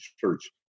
church